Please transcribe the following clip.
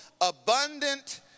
abundant